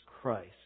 Christ